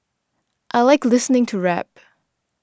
I like listening to rap